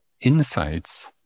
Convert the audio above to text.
insights